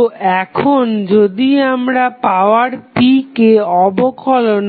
তো এখন যদি আমরা পাওয়ার p কে অবকলন